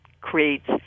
creates